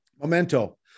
Memento